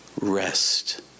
rest